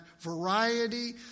variety